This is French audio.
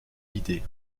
l’idée